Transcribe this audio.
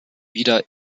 wieder